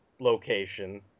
location